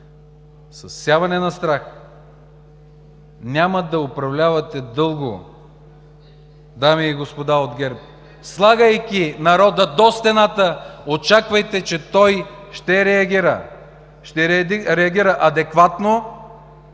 С всяване на страх няма да управлявате дълго, дами и господа от ГЕРБ! Слагайки народа до стената – очаквайте, че той ще реагира! Ще реагира адекватно